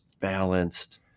balanced